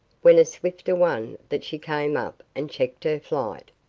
when a swifter one than she came up and checked her flight.